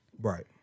Right